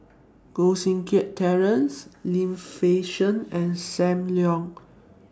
Koh Seng Kiat Terence Lim Fei Shen and SAM Leong